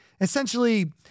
essentially